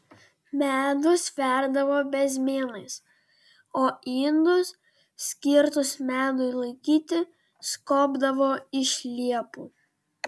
medų sverdavo bezmėnais o indus skirtus medui laikyti skobdavo iš liepų